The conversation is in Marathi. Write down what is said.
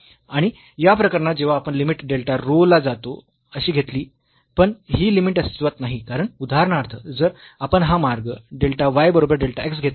आणि या प्रकरणात जेव्हा आपण लिमिट डेल्टा रो 0 ला जातो अशी घेतली पण ही लिमिट अस्तित्वात नाही कारण उदाहरणार्थ जर आपण हा मार्ग डेल्टा y बरोबर डेल्टा x घेतला